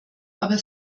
aber